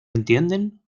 entienden